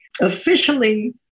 officially